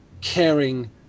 caring